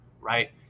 right